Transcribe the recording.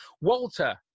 Walter